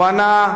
הוא ענה: